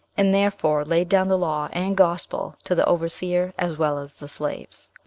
and therefore laid down the law and gospel to the overseer as well as the slaves.